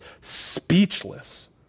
speechless